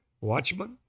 Watchman